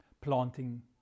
planting